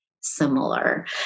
similar